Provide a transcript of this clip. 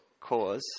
cause